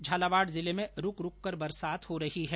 झालावाड जिले में रूक रूक कर बरसात हो रही है